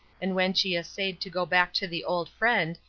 and when she essayed to go back to the old friend,